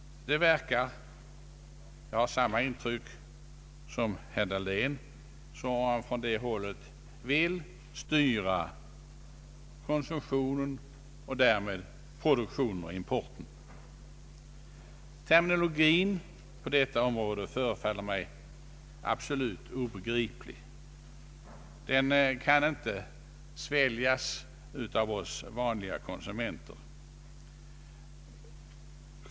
Det verkar — jag har samma intryck som herr Dahlén — som om man från det hållet inget hellre vill än att styra konsumtionen och därmed även produktionen och importen. Terminologin i lägesrapporten förefaller mig absolut obegriplig. Den kan inte sväljas av oss vanliga konsumenter.